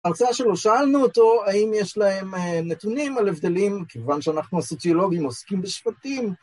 הרצאה שלו, שאלנו אותו האם יש להם נתונים על הבדלים, כיוון שאנחנו הסוציולוגים עוסקים בשבטים.